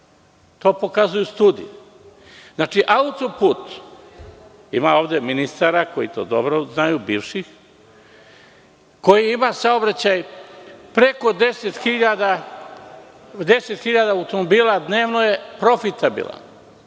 To pokazuju studije. Znači, autoput, ima ovde ministara koji to dobro znaju, bivših, koji ima saobraćaj preko 10.000 automobila dnevno je profitabilan.